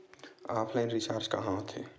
Offline recharge कहां होथे?